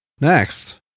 Next